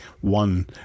one